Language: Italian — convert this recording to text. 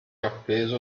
appeso